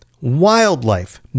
wildlife